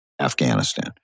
Afghanistan